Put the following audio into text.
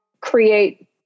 create